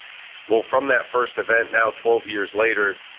well, from that first event now twelve years later,